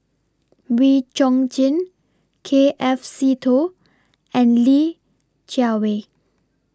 Wee Chong Jin K F Seetoh and Li Jiawei